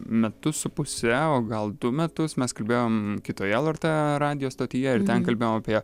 metus su puse o gal du metus mes kalbėjom kitoje lrt radijo stotyje ir ten kalbėjom apie